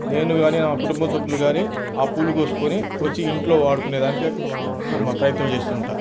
నేను కాని నా కుటుంబ సభ్యులు కాని ఆ పూలు కోసుకొని వచ్చి ఇంట్లో వాడుకునే దానికి మె ప్రయత్నం చేస్తూ ఉంటా